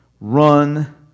run